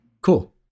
cool